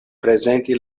prezenti